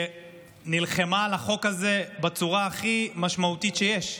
שנלחמה על החוק הזה בצורה הכי משמעותית שיש.